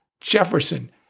Jefferson